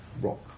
rock